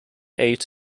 eight